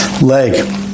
leg